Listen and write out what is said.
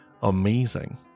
amazing